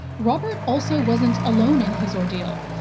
robert also wasn't alone in his ordeal,